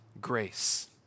grace